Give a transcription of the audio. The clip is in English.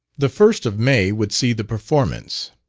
the first of may would see the performance,